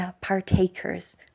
Partakers